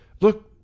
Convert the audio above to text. Look